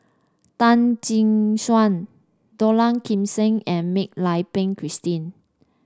Tan Tee Suan Dollah Kassim and Mak Lai Peng Christine